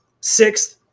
Sixth